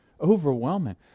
overwhelming